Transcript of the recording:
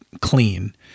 clean